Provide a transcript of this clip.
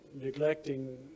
neglecting